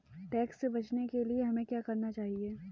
Tax से बचने के लिए हमें क्या करना चाहिए?